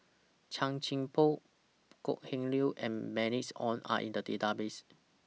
Chan Chin Bock Kok Heng Leun and Bernice Ong Are in The Database